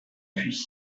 puy